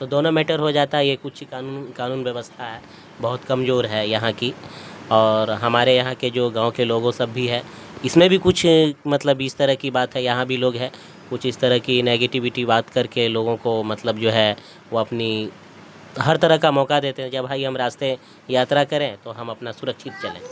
تو دونوں میٹر ہو جاتا یہ کچھ قانون قانون ویوستھا ہے بہت کمزور ہے یہاں کی اور ہمارے یہاں کے جو گاؤں کے لوگوں سب بھی ہے اس میں بھی کچھ مطلب اس طرح کی بات ہے یہاں بھی لوگ ہے کچھ اس طرح کی نگیٹیویٹی بات کر کے لوگوں کو مطلب جو ہے وہ اپنی ہر طرح کا موقع دیتے ہیں جب بھائی ہم راستے یاترا کریں تو ہم اپنا سرکشت چلیں